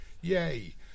Yay